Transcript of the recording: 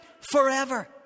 forever